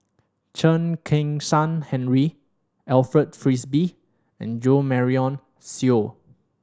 Chen Kezhan Henri Alfred Frisby and Jo Marion Seow